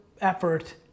effort